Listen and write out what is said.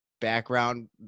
background